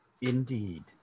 Indeed